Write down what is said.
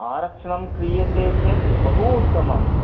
आरक्षणं क्रियते चेत् बहुूत्तमम्